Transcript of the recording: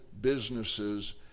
businesses